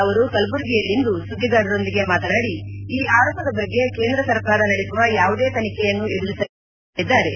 ಅವರು ಕಲಬುರಗಿಯಲ್ಲಿಂದು ಸುದ್ದಿಗಾರರೊಂದಿಗೆ ಮಾತನಾಡಿ ಈ ಆರೋಪದ ಬಗ್ಗೆ ಕೇಂದ್ರ ಸರ್ಕಾರ ನಡೆಸುವ ಯಾವುದೇ ತನಿಖೆಯನ್ನು ಎದುರಿಸಲು ತಾವು ಸಿದ್ದ ಎಂದು ಹೇಳಿದ್ದಾರೆ